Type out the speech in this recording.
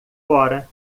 fora